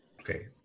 Okay